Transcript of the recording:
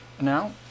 Now